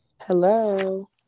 Hello